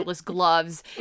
gloves